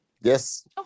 yes